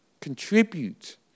contribute